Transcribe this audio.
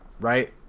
right